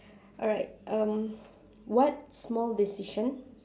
alright um what small decision